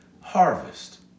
harvest